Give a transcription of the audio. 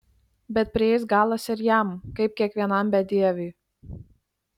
bet prieis galas ir jam kaip kiekvienam bedieviui